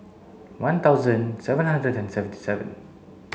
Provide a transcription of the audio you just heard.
one thousand seven hundred and seventy seven